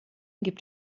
gibt